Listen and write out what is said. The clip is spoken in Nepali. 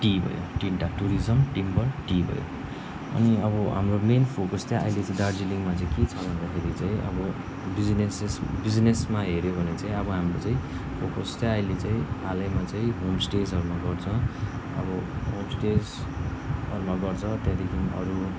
टी भयो तिनवटा टुरिजम टिम्बर टि भयो अनि अब हाम्रो मेन फोकस चाहिँ अहिले चाहिँ दार्जिलिङमा चाहिँ के छ भन्दाखेरि चाहिँ अब बिजिनेसेस बिजिनेसमा हेऱ्यो भने चाहिँ अब हाम्रो चाहिँ फोकस चाहिँ आइले चाहिँ हालैमा चाहिँ होमस्टेहरूमा गर्छ अबो होमस्टेहरूमा गर्छ त्यहाँदेखि अरू